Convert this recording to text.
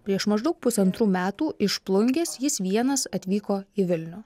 prieš maždaug pusantrų metų iš plungės jis vienas atvyko į vilnių